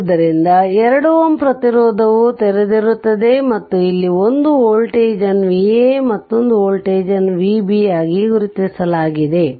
ಆದ್ದರಿಂದ 2 Ω ಪ್ರತಿರೋಧವು ತೆರೆದಿರುತ್ತದೆ ಮತ್ತು ಇಲ್ಲಿ ಒಂದು ವೋಲ್ಟೇಜ್ ಅನ್ನು Va ಮತ್ತೊಂದು ವೋಲ್ಟೇಜ್ Vb ಆಗಿ ಗುರುತಿಸಲಾಗಿದೆ